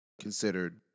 considered